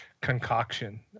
concoction